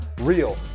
real